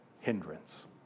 hindrance